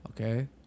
Okay